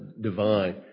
divine